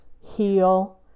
heal